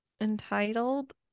entitled